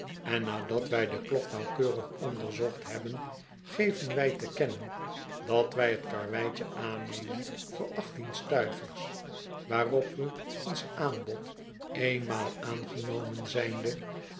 en nadat wij de klok nauwkeurig onderzocht hebben geven wij te kennen dat wy t karreweitje aannemen voor achttien stuivers waaropwe onsaanbod eenmaal aan genomen zijnde